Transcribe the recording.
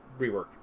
Rework